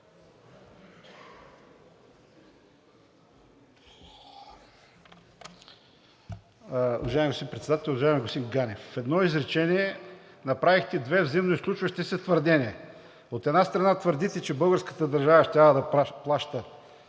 Уважаеми господин Председател! Уважаеми господин Ганев, в едно изречение направихте две взаимноизключващи се твърдения. От една страна, твърдите, че българската държава щяла да плаща